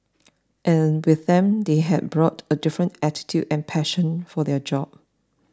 and with them they have brought a different attitude and passion for their job